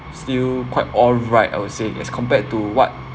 still quite all right I would say as compared to what